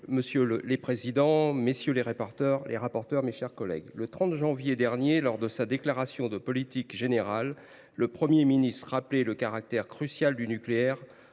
Madame la présidente, monsieur le ministre, mes chers collègues, le 30 janvier dernier, lors de sa déclaration de politique générale, le Premier ministre a rappelé le caractère crucial du nucléaire